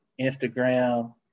Instagram